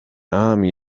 army